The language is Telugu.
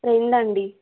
రెండు అండి